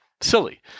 silly